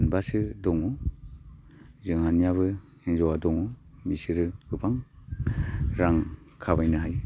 मोनबासो दङ जोंहानियाबो हिन्जावा दं बिसोरो गोबां रां खामायनो हायो